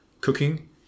cooking